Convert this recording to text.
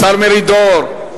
השר מרידור,